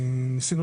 ניסינו